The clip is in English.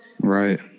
Right